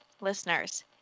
Listeners